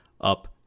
up